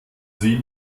sie